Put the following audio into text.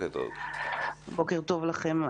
בוקר טוב לכם,